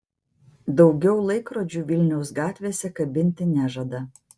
daugiau laikrodžių vilniaus gatvėse kabinti nežada